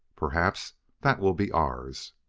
perhaps that will be ours.